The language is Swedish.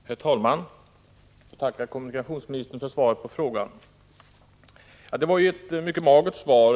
Herr talman! Jag tackar kommunikationsministern för svaret på frågan. Det var ett mycket magert svar.